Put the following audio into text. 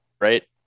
right